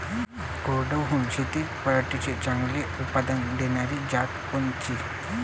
कोरडवाहू शेतीत पराटीचं चांगलं उत्पादन देनारी जात कोनची?